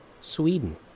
Sweden